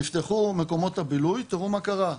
נפתחו מקומות הבילוי ותראו מה קרה,